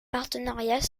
partenariat